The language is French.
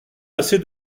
assez